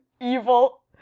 evil